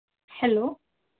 hello